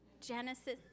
Genesis